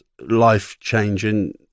life-changing